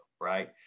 right